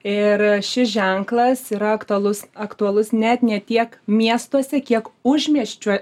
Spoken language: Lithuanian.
ir šis ženklas yra aktualus aktualus net ne tiek miestuose kiek užmiesčiuo